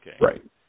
Right